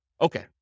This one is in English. Okay